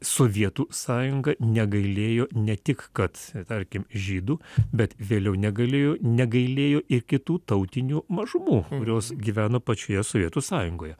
sovietų sąjunga negailėjo ne tik kad tarkim žydų bet vėliau negalėjo negailėjo ir kitų tautinių mažumų kurios gyveno pačioje sovietų sąjungoje